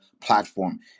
platform